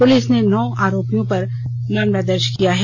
police ने नौ आरोपितों पर मामला दर्ज किया है